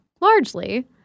largely